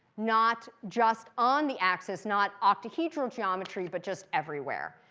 not just on the axis, not octahedral geometry, but just everywhere.